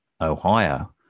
ohio